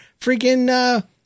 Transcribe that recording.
freaking